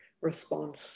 response